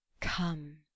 Come